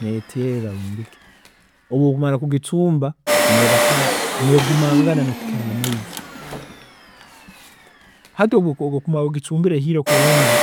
﻿Neeteerra, obu okumara kugicuumba, neeba negumangana nokukira amaizi, hati obu oku- okuba ogicuumbire ehiire kurungi,